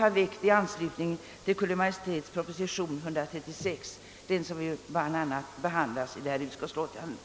har väckt i anslutning till Kungl. Maj:ts proposition nr 136, som behandlas i detta utlåtande.